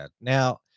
Now